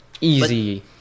Easy